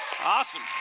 Awesome